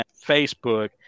Facebook